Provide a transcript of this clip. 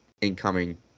incoming